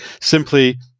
simply